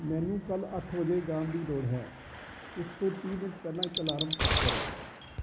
ਮੈਨੂੰ ਕੱਲ੍ਹ ਅੱਠ ਵਜੇ ਜਾਣ ਦੀ ਲੋੜ ਹੈ ਉਸ ਤੋਂ ਤੀਹ ਮਿੰਟ ਪਹਿਲਾਂ ਇੱਕ ਅਲਾਰਮ ਸੈੱਟ ਕਰੋ